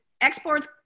exports